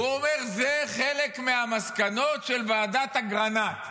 הוא אומר: זה חלק מהמסקנות של ועדת אגרנט.